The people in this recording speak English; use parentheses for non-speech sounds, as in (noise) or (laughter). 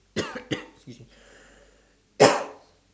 (coughs) excuse me (coughs)